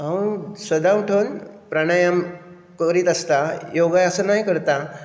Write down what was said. हांव सदां उठून प्राणायम करीत आसतां योगासनाय करतां